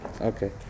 Okay